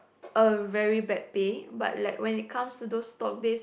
a very bad pay but like when it comes to those top pay